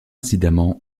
incidemment